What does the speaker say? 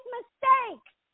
mistakes